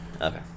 Okay